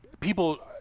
People